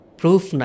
proof